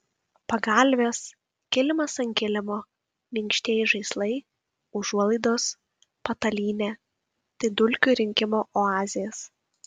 pagalvės kilimas ant kilimo minkštieji žaislai užuolaidos patalynė tai dulkių rinkimo oazės